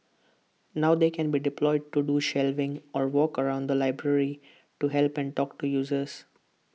now they can be deployed to do shelving or walk around the library to help and talk to users